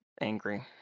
angry